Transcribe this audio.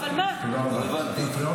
לא הבנתי.